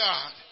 God